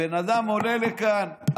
הבן אדם עולה לכאן,